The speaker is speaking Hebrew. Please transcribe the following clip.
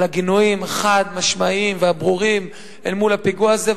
על הגינויים החד-משמעיים והברורים אל מול הפיגוע הזה.